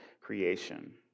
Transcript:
creation